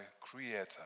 creator